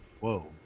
Whoa